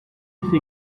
ces